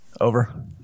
Over